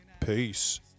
peace